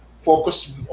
focus